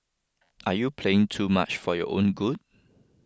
are you playing too much for your own good